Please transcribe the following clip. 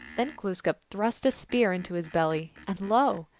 then glooskap thrust a spear into his belly, and lo!